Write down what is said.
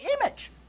image